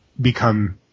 become